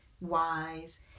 wise